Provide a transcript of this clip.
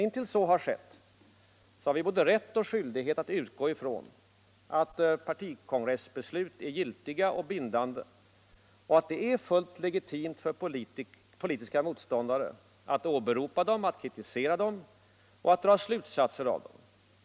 Intill dess så skett har vi både rätt och skyldighet att utgå ifrån att kongressbeslut är giltiga och bindande och att det är fullt legitimt för politiska motståndare att åberopa dem, att kritisera dem och att dra slutsatser av dem.